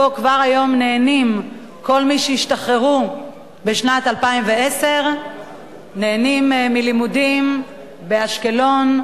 כבר היום נהנים כל מי שהשתחררו בשנת 2010 מלימודים באשקלון,